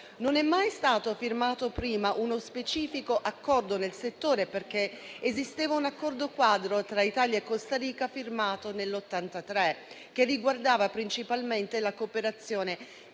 Non è mai stato firmato prima uno specifico accordo nel settore perché esisteva un accordo quadro tra Italia e Costa Rica firmato nel 1983, riguardante principalmente la cooperazione